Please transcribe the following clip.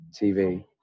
TV